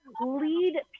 lead